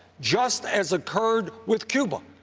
just as occurred with cuba,